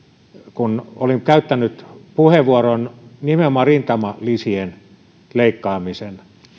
kun olin käyttänyt puheenvuoron nimenomaan rintamalisien leikkaamista